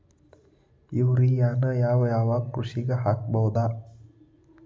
ಯೂರಿಯಾನ ಯಾವ್ ಯಾವ್ ಕೃಷಿಗ ಹಾಕ್ಬೋದ?